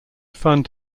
fund